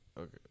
Okay